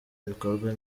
ibikorwa